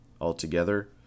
Altogether